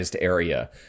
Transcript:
area